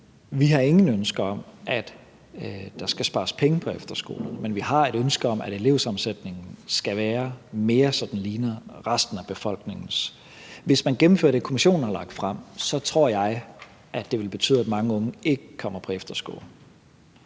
har nogen ønsker om, at der skal spares penge på efterskolerne, men vi har et ønske om, at elevsammensætningen mere skal være sådan, at den ligner sammensætningen i resten af befolkningen. Hvis man gennemfører det, kommissionen har lagt frem, tror jeg, at det vil betyde, at mange unge ikke kommer på efterskole.